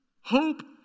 Hope